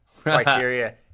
criteria